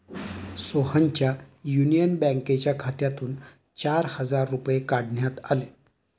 सोहनच्या युनियन बँकेच्या खात्यातून चार हजार रुपये काढण्यात आले